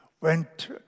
went